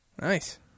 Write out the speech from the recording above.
Nice